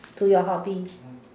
to your hobby